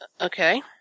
Okay